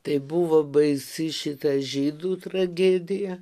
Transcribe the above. tai buvo baisi šita žydų tragedija